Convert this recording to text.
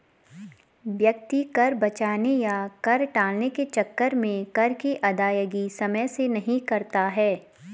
व्यक्ति कर बचाने या कर टालने के चक्कर में कर की अदायगी समय से नहीं करता है